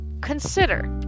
consider